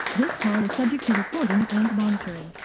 this call is subject to recording and monitoring,